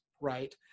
right